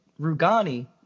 rugani